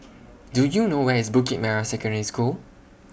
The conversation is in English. Do YOU know Where IS Bukit Merah Secondary School